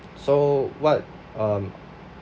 so what um